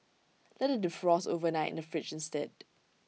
let IT defrost overnight the fridge instead